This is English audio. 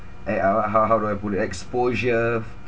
eh uh how how do I put it exposure